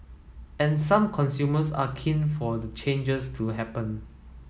and some consumers are keen for the changes to happen